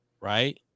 right